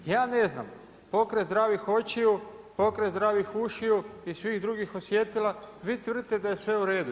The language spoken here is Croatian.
Ja ne znam, pokraj zdravih očiju, pokraj zdravih ušiju i svih drugih osjetila vi tvrdite da je sve u redu.